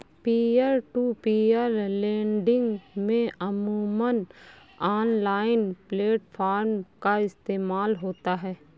peer to peer lending में अमूमन online platform का इस्तेमाल होता है